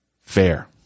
fair